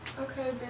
Okay